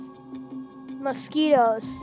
Mosquitoes